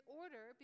order